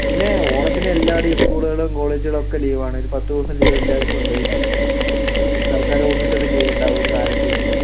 പിന്നെ ഓണത്തിന് എല്ലാവരുടെയും സ്കൂളുകളും കോളേജുകളും ഒക്കെ ലീവാണ് ഒരു പത്ത് ദിവസം ലീവ് എല്ലാവർക്കും ഉണ്ട് പിന്നെ സർക്കാർ ഓഫീസുകളിലും ലീവ് ഉണ്ടാവും ഒരു നാലഞ്ച് ദിവസം